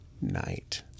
night